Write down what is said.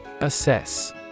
Assess